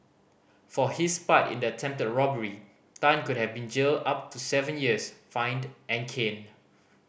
for his part in the attempted robbery Tan could have been jailed up to seven years fined and caned